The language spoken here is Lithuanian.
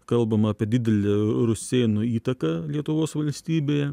kalbama apie didelę rusėnų įtaką lietuvos valstybėje